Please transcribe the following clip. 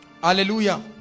Hallelujah